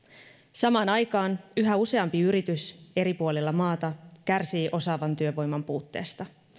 samaan aikaan yhä useampi yritys eri puolilla maata kärsii osaavan työvoiman puutteesta